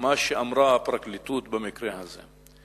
מה אמרה הפרקליטות במקרה הזה,